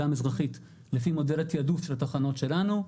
המזרחית לפי מודל התיעדוף של התחנות שלנו.